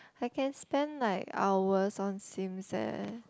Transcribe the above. I can spend like hours on Sims eh